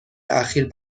اخیر